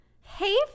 Hey